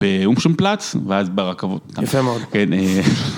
באומשן פלאץ ואז ברכבות. יפה מאוד.